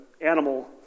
Animal